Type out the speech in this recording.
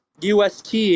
UST